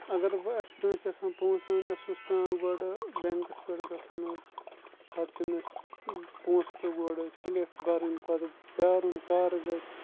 اگر بہٕ اَسہِ کٲنٛسہِ آسان پونٛسہٕ اَننٕۍ اَسہِ اوس پیوان گۄڈٕ بٮ۪نٛکَس پٮ۪ٹھ گژھُن حظ پَتہٕ تٔمِسہِ پونٛسہٕ کیو گۄڈٕ سِلِف بَرٕنۍ پَتہٕ پیٛارُن کَر گَژھِ